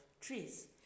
trees